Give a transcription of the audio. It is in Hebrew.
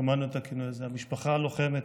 ששמענו את הכינוי הזה, המשפחה הלוחמת,